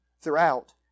throughout